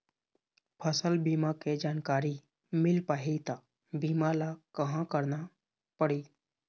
फसल बीमा के जानकारी मिल पाही ता बीमा ला कहां करना पढ़ी?